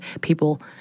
people